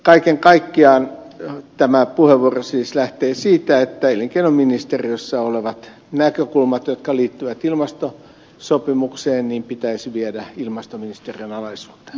kaiken kaikkiaan tässä puheenvuorossa lähden siis siitä että elinkeinoministeriössä olevat näkökulmat jotka liittyvät ilmastosopimukseen pitäisi viedä ilmastoministeriön alaisuuteen